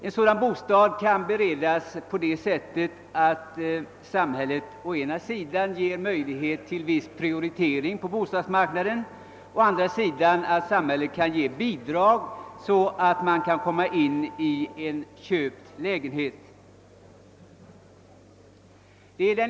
En sådan bostad kan beredas de frigivna genom att samhället dels ger möjlighet till en viss prioritering på bostadsmarknaden, dels ger bidrag för att göra det möjligt för de förutvarande internerna att komma i besittning av en köpt lägenhet.